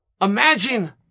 Imagine